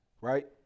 Right